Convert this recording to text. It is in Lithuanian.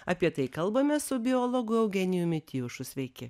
apie tai kalbame su biologu eugenijumi tijušu sveiki